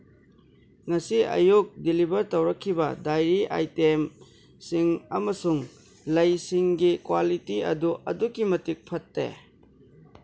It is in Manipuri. ꯉꯁꯤ ꯑꯌꯨꯛ ꯗꯤꯂꯤꯚꯔ ꯇꯧꯔꯛꯈꯤꯕ ꯗꯥꯏꯔꯤ ꯑꯥꯏꯇꯦꯝꯁꯤꯡ ꯑꯃꯁꯨꯡ ꯂꯩꯁꯤꯡꯒꯤ ꯀ꯭ꯋꯥꯂꯤꯇꯤ ꯑꯗꯨ ꯑꯗꯨꯛꯀꯤ ꯃꯇꯤꯛ ꯐꯠꯇꯦ